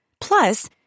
Plus